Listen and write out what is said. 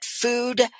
food